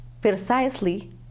precisely